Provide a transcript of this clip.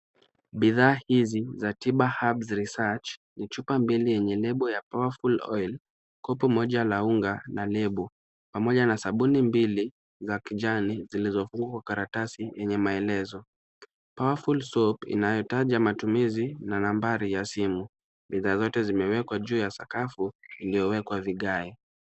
Bidhaa hizi za Tiba Herbs Research, ni chupa mbili yenye nembo ya powerful oil , Kopo moja la unga na lebo. Pamoja na sabuni mbili za kijani zilizofungwa kwa karatasi yenye maelezo. Powerful soap inayotaja matumizi na nambari ya simu. Bidhaa zote zimewekwa juu ya sakafu iliyowekwa vigae.